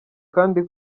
kandi